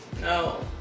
No